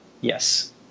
yes